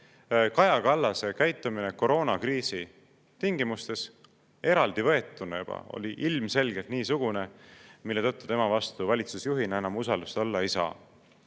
Kaja Kallase käitumine koroonakriisi tingimustes eraldi võetuna juba oli ilmselgelt niisugune, mille tõttu tema vastu valitsusjuhina enam usaldust olla ei saa.